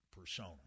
persona